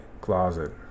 closet